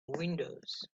windows